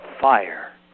fire